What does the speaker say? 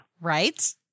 Right